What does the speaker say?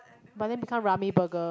but then become ramli burger